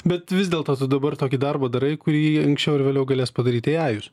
bet vis dėlto tu dabar tokį darbą darai kurį anksčiau ar vėliau galės padaryti eajus